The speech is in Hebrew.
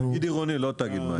תאגיד עירוני לא תאגיד מים.